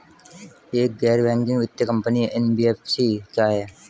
एक गैर बैंकिंग वित्तीय कंपनी एन.बी.एफ.सी क्या है?